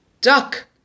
duck